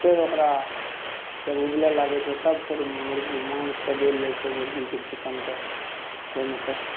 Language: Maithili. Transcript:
फेर ओकरा जब उबलै लागै छै तब फेर मुरगी माउसके देल जाइ छै मुरगीके चिकनके ओहिमेके